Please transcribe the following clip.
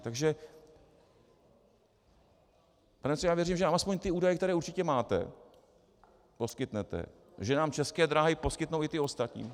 Pane ministře, já věřím, že nám alespoň ty údaje, které určitě máte, poskytnete, že nám České dráhy poskytnou i ty ostatní.